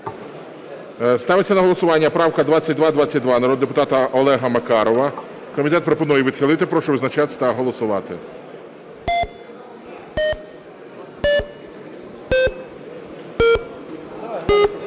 Ставиться на голосування правка 2222 народного депутата Олега Макарова. Комітет пропонує відхилити. Прошу визначатися та голосувати.